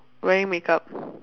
wearing makeup